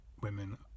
women